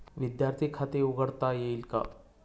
विद्यार्थी खाते उघडता येईल का?